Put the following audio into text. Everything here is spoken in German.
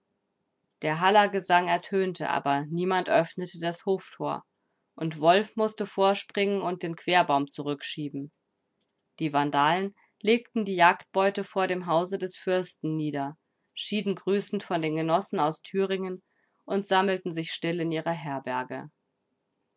der halagesang ertönte aber niemand öffnete das hoftor und wolf mußte vorspringen und den querbaum zurückschieben die vandalen legten die jagdbeute vor dem hause des fürsten nieder schieden grüßend von den genossen aus thüringen und sammelten sich still in ihrer herberge